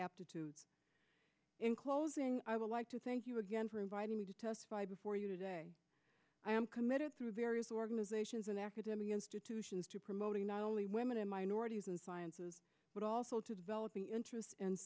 aptitude in closing i would like to thank you again for inviting me to testify before you today i am committed through various organizations and academic institutions to promoting not only women and minorities and sciences but also to developing interests and